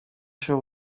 się